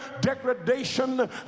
degradation